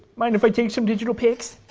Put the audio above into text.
mind if i take some digital pics?